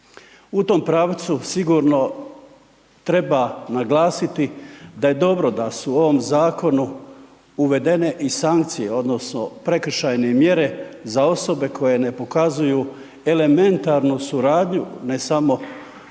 U tom pravcu sigurno treba naglasiti da je dobro da su u ovom zakonu uvedene i sankcije odnosno prekršajne mjere za osobe koje ne pokazuju elementarnu suradnju, ne samo, dakle,